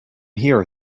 here